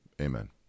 Amen